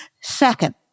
Second